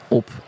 op